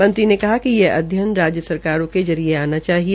मंत्री ने कहा कि ये अध्ययन राज्य सरकारों के जरिये आना चाहिए